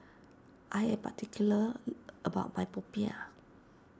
I am particular about my Popiah